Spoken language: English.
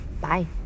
Bye